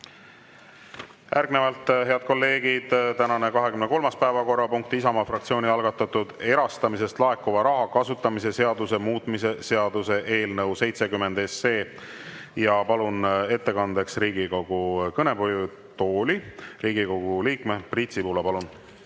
välja. Head kolleegid, tänane 23. päevakorrapunkt on Isamaa fraktsiooni algatatud erastamisest laekuva raha kasutamise seaduse muutmise seaduse eelnõu 70. Palun ettekandeks Riigikogu kõnetooli Riigikogu liikme Priit Sibula. Palun!